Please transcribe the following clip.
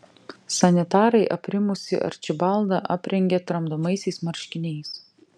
sanitarai aprimusį arčibaldą aprengė tramdomaisiais marškiniais